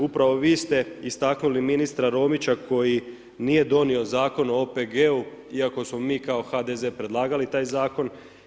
Upravo vi ste istaknuli ministra Romića koji nije donio Zakon o OPG-u iako smo mi kao HDZ predlagali taj zakon.